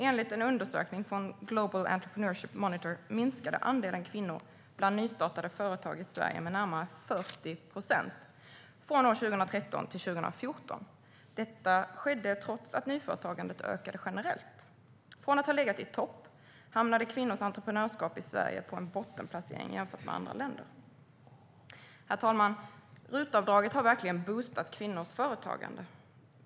Enligt en undersökning från Global Entrepreneurship Monitor minskade andelen kvinnor bland nystartade företag i Sverige med närmare 40 procent från år 2013 till år 2014. Detta skedde trots att nyföretagandet ökade generellt. Från att ha legat i topp hamnade kvinnors entreprenörskap i Sverige på en bottenplacering jämfört med andra länder. Herr talman! RUT-avdraget har verkligen boostat kvinnors företagande.